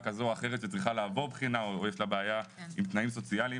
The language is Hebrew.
כזו או אחרת שצריכה לעבור בחינה או שיש לה בעיה עם תנאים סוציאליים.